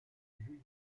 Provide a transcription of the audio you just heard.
julius